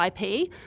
IP